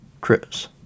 Chris